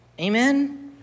amen